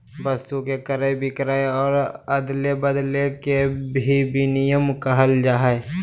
वस्तु के क्रय विक्रय और अदले बदले के भी विनिमय कहल जाय हइ